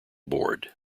board